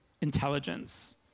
intelligence